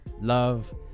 love